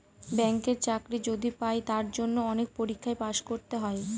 ব্যাঙ্কের চাকরি যদি পাই তার জন্য অনেক পরীক্ষায় পাস করতে হয়